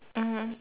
mmhmm